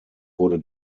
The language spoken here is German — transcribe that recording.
wurde